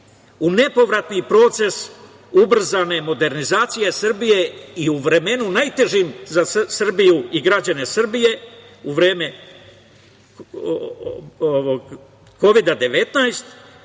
u nepovratni proces ubrzane modernizacije Srbije i u vremenu najtežim za Srbiju i građane Srbije, u vreme Kovida 19